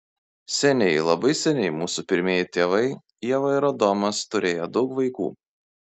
seniai labai seniai mūsų pirmieji tėvai ieva ir adomas turėję daug vaikų